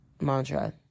mantra